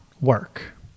work